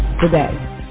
today